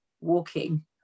walking